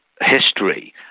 history